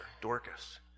Dorcas